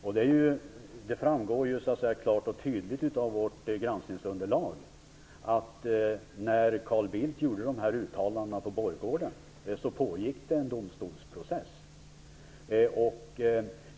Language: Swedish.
Det framgår klart och tydligt av vårt granskningsunderlag att det pågick en domstolsprocess när Carl Bildt gjorde sina uttalanden på borggården.